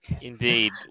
indeed